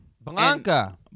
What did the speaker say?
Blanca